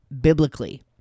biblically